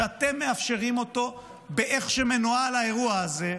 שאתם מאפשרים אותו באיך שמנוהל האירוע הזה.